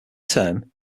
term